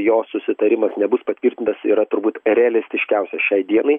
jos susitarimas nebus patvirtintas yra turbūt realistiškiausias šiai dienai